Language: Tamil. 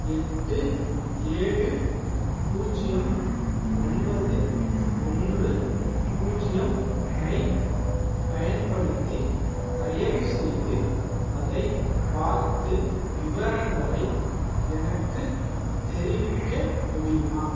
எட்டு ஏழு பூஜ்ஜியம் ஒன்பது ஒன்று பூஜ்ஜியம் ஐப் பயன்படுத்தி தயவுசெய்து அதைப் பார்த்து விவரங்களை எனக்குத் தெரிவிக்க முடியுமா